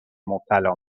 مبتلا